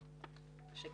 בקורונה.